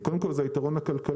קודם כול, זה היתרון הכלכלי.